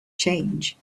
change